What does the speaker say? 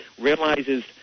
realizes